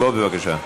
בוא בבקשה.